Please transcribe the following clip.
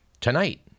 tonight